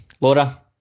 Laura